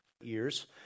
years